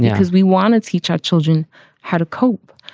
yeah because we want to teach our children how to cope.